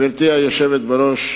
גברתי היושבת בראש,